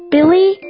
Billy